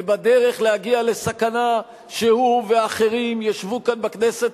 ובדרך להגיע לסכנה שהוא ואחרים ישבו כאן בכנסת